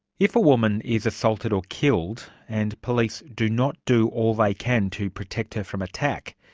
if a woman is assaulted or killed and police do not do all they can to protect her from attack,